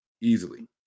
Easily